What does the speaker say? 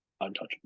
untouchable